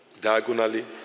diagonally